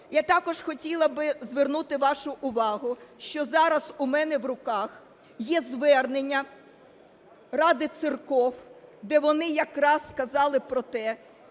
Я також хотіла би звернути вашу, що зараз у мене в руках є Звернення Ради церков, де вони якраз сказали про те,